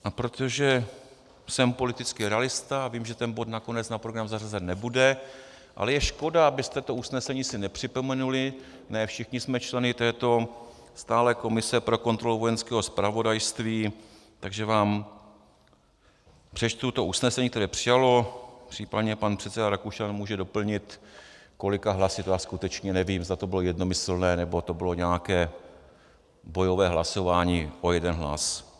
A protože jsem politický realista a vím, že ten bod nakonec na program zařazen nebude, ale je škoda, abyste si usnesení nepřipomenuli, ne všichni jsme členy této stálé komise pro kontrolu Vojenského zpravodajství, tak vám přečtu usnesení, které přijala, případně pan předseda Rakušan může doplnit, kolika hlasy bylo, skutečně nevím, zda to bylo jednomyslné, nebo to bylo nějaké bojové hlasování o jeden hlas.